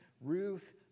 Ruth